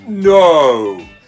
No